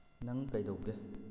ꯅꯪ ꯀꯩꯗꯧꯒꯦ